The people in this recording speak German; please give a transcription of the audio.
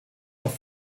auch